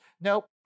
nope